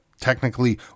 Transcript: technically